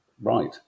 Right